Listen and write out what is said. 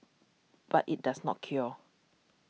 but it does not cure